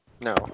No